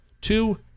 two